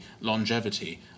longevity